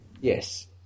Yes